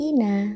Ina